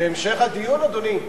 המשך הדיון, אדוני?